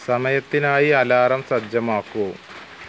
സമയത്തിനായി alarm സജ്ജമാക്കൂ